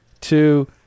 two